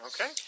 Okay